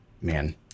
man